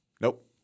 nope